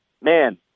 man